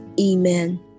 Amen